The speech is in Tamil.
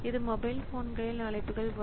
இது முதல் படி எண் 1 ஆகும்